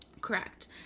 Correct